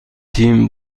تیم